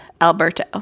Alberto